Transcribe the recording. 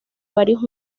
varios